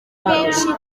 benshi